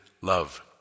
love